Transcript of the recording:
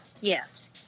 Yes